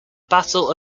battle